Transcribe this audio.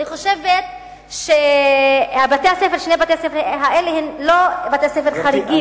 אני חושבת ששני בתי-הספר האלה הם לא בתי-ספר חריגים.